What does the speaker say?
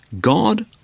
God